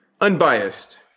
Unbiased